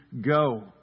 go